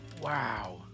Wow